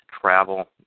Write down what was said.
travel